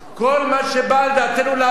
כל מה שבא על דעתנו לעשות,